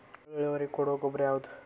ಛಲೋ ಇಳುವರಿ ಕೊಡೊ ಗೊಬ್ಬರ ಯಾವ್ದ್?